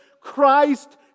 Christ